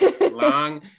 long